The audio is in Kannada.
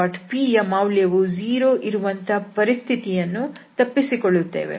pಯ ಮೌಲ್ಯವು 0 ಇರುವ ಪರಿಸ್ಥಿತಿಯನ್ನು ತಪ್ಪಿಸಿಕೊಳ್ಳುತ್ತೇವೆ